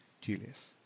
Julius